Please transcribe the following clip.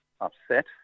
upset